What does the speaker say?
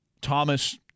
Thomas